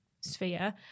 sphere